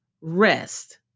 rest